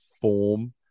form